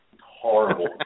horrible